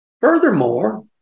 Furthermore